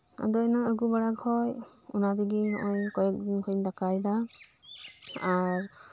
ᱟᱫᱚ ᱤᱟᱱᱹ ᱟᱹᱜᱩ ᱵᱟᱲᱟᱠᱷᱚᱡ ᱚᱱᱟᱛᱮᱜᱤ ᱱᱚᱜᱚᱭ ᱠᱚᱭᱮᱜ ᱫᱤᱱ ᱠᱷᱚᱡᱤᱧ ᱫᱟᱠᱟᱭᱮᱫᱟ ᱟᱨ